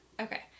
okay